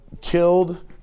killed